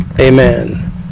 Amen